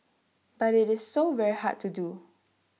but IT is so very hard to do